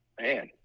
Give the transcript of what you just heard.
man